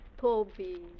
Toby